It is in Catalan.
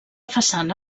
façana